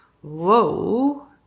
whoa